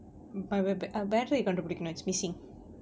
but b~ bunk battery கண்டுபிடிக்கணும்:kandupidikkanum is missing